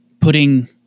putting